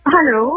Hello